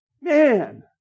Man